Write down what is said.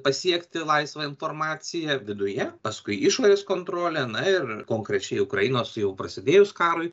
pasiekti laisvą informaciją viduje paskui išorės kontrolė na ir konkrečiai ukrainos jau prasidėjus karui